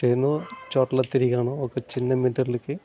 ఎన్నో చోట్ల తిరిగాను ఒక చిన్న మెటీరియల్కి